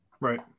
Right